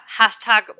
hashtag